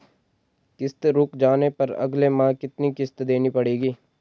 किश्त रुक जाने पर अगले माह कितनी किश्त देनी पड़ेगी?